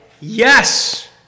yes